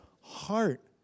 heart